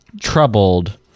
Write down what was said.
troubled